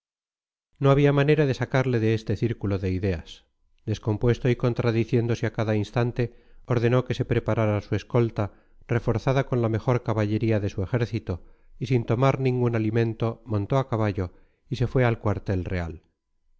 no había manera de sacarle de este círculo de ideas descompuesto y contradiciéndose a cada instante ordenó que se preparara su escolta reforzada con la mejor caballería de su ejército y sin tomar ningún alimento montó a caballo y se fue al cuartel real